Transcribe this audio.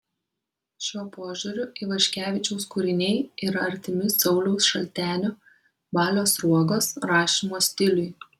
šiuo požiūriu ivaškevičiaus kūriniai yra artimi sauliaus šaltenio balio sruogos rašymo stiliui